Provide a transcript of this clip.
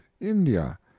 india